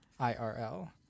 IRL